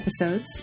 episodes